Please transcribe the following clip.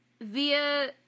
via